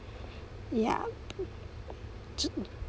yeah